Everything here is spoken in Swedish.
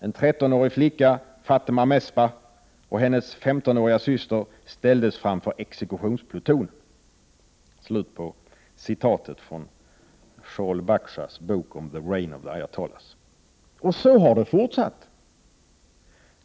En trettonårig flicka, Fatemeh Mesbah, och hennes femtonåriga syster ställdes framför exekutionsplutonen.” Citatet är hämtat från Shaul Bakhashs bok The Reign of the Ayatollahs. Och så har det fortsatt.